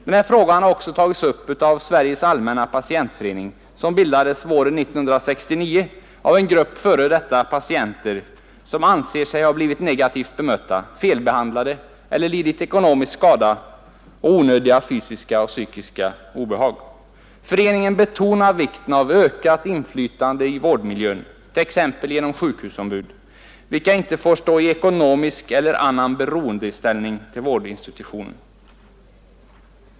Den här frågan har också tagits upp av Sveriges allmänna patientförening, som bildades våren 1969 av en grupp f. d. patienter som anser sig ha blivit negativt bemötta, felbehandlade eller lidit ekonomisk skada och onödiga fysiska och psykiska obehag. Föreningen betonar vikten av ökat inflytande i vårdmiljön, t.ex. genom sjukhusombud, vilka inte får stå i ekonomisk eller annan beroendeställning till vårdinstitutionen.